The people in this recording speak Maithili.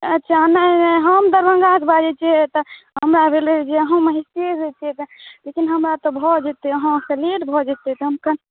अच्छा नहि नहि हम दरभङ्गासँ बाजै छियै तऽ हमरा भेलै जे अहूँ महिषीएसँ छियै तैँ लेकिन हमरा तऽ भऽ जेतै अहाँसँ लेट भऽ जेतै तहन केना